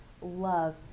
love